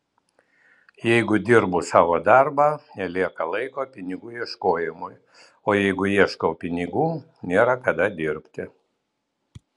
jeigu dirbu savo darbą nelieka laiko pinigų ieškojimui o jeigu ieškau pinigų nėra kada dirbti